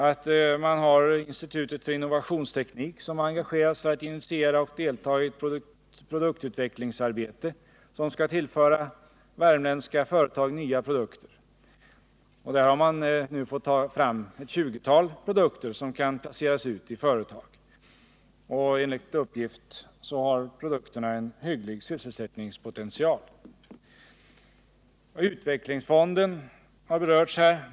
Vidare har man institutet för innovationsteknik, som engagerats för att initiera och delta i ett produktutvecklingsarbete som skall tillföra värmländska företag nya produkter. Där har man nu fått fram ett 20-tal nya produkter som kan placeras ut i företag, och enligt uppgift har dessa produkter en hygglig sysselsättningspotential. Utvecklingsfonden har också berörts här.